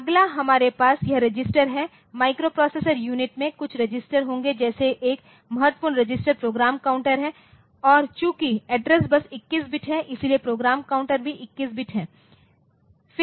अगला हमारे पास यह रजिस्टर है माइक्रोप्रोसेसर यूनिट में कुछ रजिस्टर होंगे जैसे एक महत्वपूर्ण रजिस्टर प्रोग्राम काउंटर है और चूंकि एड्रेस बस 21 बिट है इसलिए प्रोग्राम काउंटर भी 21 बिट है